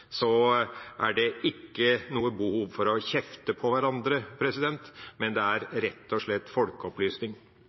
er det ikke noe behov for å kjefte på hverandre, men det er rett og slett folkeopplysning.